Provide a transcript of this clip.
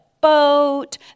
boat